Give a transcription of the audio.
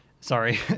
sorry